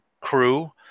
crew